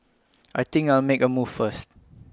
I think I'll make A move first